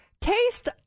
Taste